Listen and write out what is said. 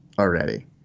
already